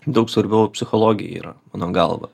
daug svarbiau psichologija yra mano galva